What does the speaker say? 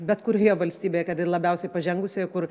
bet kurioje valstybėje kad ir labiausiai pažengusioje kur